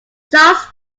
charles